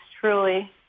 truly